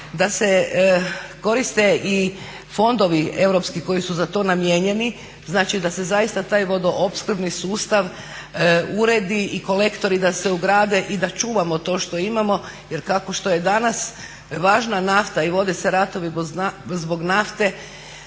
da se koriste i fondovi europski koji su za to namijenjeni. Znači da se zaista taj vodoopskrbni sustav uredi i kolektori da se ugrade i da čuvamo to što imamo jer kako što je danas važna nafta i vode se ratovi zbog nafte